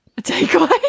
Takeaway